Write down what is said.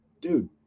Dude